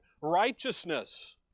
Righteousness